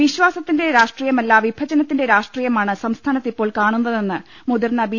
വിശ്വാസത്തിന്റെ രാഷ്ട്രീയമല്ല വിഭജനത്തിന്റെ രാഷ്ട്രീയ മാണ് സംസ്ഥാനത്ത് ഇപ്പോൾ കാണുന്നതെന്ന് മുതിർന്ന ബി